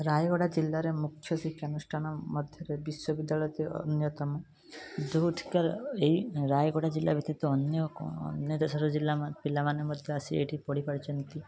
ରାୟଗଡ଼ା ଜିଲ୍ଲାରେ ମୁଖ୍ୟ ଶିକ୍ଷାନୁଷ୍ଠାନ ମଧ୍ୟରେ ବିଶ୍ବବିଦ୍ୟାଳୟ ଅନ୍ୟତମ ଯେଉଁଠିକୁ ଏଇ ରାୟଗଡ଼ା ଜିଲ୍ଲା ବ୍ୟତୀତ ଅନ୍ୟ ଅନ୍ୟ ଦେଶର ପିଲାମାନେ ମଧ୍ୟ ଆସି ଏଠରେ ପଢ଼ି ପାରୁଛନ୍ତି